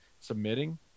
submitting